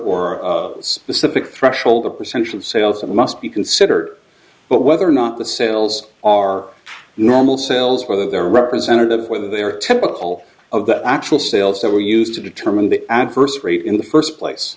or a specific threshold the percentage of sales that must be considered but whether or not the sales are normal cells or their representatives whether they are typical of the actual sales that were used to determine the adverse rate in the first place